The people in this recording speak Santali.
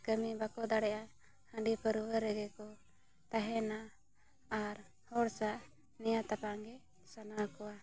ᱠᱟᱹᱢᱤ ᱵᱟᱠᱚ ᱫᱟᱲᱮᱭᱟᱜᱼᱟ ᱦᱟᱺᱰᱤ ᱯᱟᱹᱨᱣᱟᱹ ᱨᱮᱜᱮ ᱠᱚ ᱛᱟᱦᱮᱱᱟ ᱟᱨ ᱦᱚᱲ ᱥᱟᱣ ᱱᱮᱭᱟᱣ ᱛᱟᱯᱟᱢ ᱜᱮ ᱥᱟᱱᱟ ᱠᱚᱣᱟ